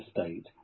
state